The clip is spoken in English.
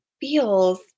feels